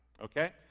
okay